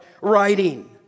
writing